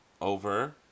Over